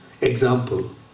Example